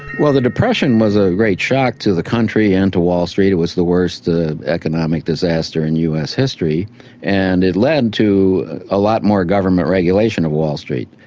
well the depression was a great shock to the country and to wall street it was the worst economic disaster in us history and it led to a lot more government regulation of wall street.